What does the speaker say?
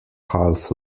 half